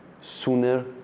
sooner